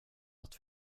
att